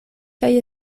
kaj